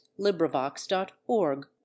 LibriVox.org